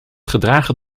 gedragen